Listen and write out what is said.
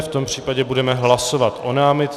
V tom případě budeme hlasovat o námitce.